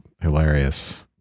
hilarious